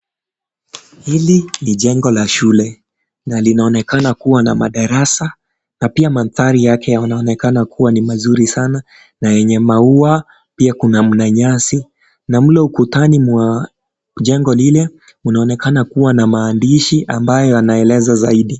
Hili ni jengo la shule na linaonekana kuwa na madarasa na pia mandhari yake yanaonekana kuwa ni mazuri sana na yenye maua, pia kuna nyasi na mle ukutani mwa jengo lile kunaonekana kuwa na maandishi ambayo yanaeleza zaidi.